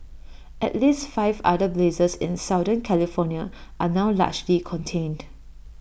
at least five other blazes in southern California are now largely contained